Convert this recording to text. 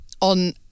on